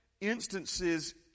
instances